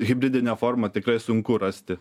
hibridine forma tikrai sunku rasti